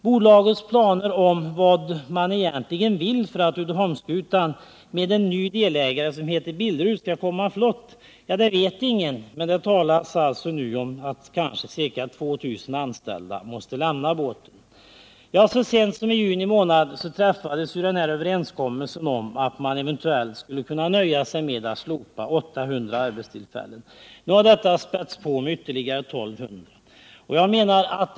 Bolagets planer på vad man egentligen vill för att Uddeholmsskutan med en ny delägare som heter Billerud skall komma flott känner ingen till, men det talas om att ca 2 000 anställda måste lämna båten. Så sent som i juni månad träffades överenskommelsen om att man eventuellt skulle kunna nöja sig med att slopa 800 arbetstillfällen. Nu har detta antal spätts på med ytterligare 1 200.